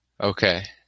Okay